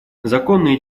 законные